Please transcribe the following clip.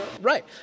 right